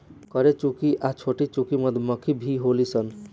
बरेचुकी आ छोटीचुकी मधुमक्खी भी होली सन